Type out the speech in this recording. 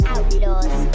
Outlaws